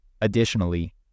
Additionally